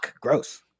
gross